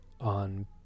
on